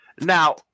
Now